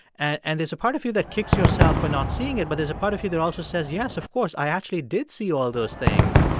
and there's a part of you that kicks yourself for not seeing it. but there's a part of you that also says, yes, of course, i actually did see all those things.